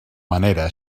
manera